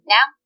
Now